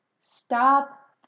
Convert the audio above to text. Stop